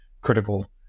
critical